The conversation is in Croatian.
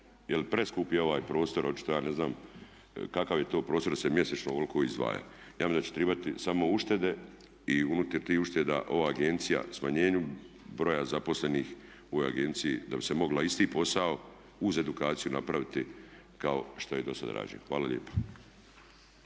Jer preskup je ovaj prostor, očito ja ne znam kakav je to prostor da se mjesečno ovoliko izdvaja. Ja mislim da će trebati samo uštede i unutar tih ušteda ova agencija smanjenju broja zaposlenih u agenciji da bi se mogla isti posao uz edukaciju napraviti kao što je i do sada rađeno. Hvala lijepa.